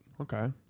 Okay